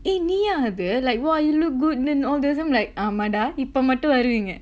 eh நீயா அது:neeyaa athu like !wah! you look good all this like ஆமாடா இப்ப மட்டும் வருவீங்க:aamaada ippa mattum varuveenga